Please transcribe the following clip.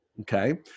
Okay